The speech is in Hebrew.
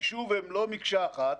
היישוב הוא לא מקשה אחת,